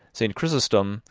st. chrysostom,